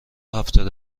هفتاد